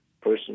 person